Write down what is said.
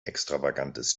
extravagantes